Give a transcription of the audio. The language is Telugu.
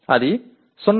ఇది 0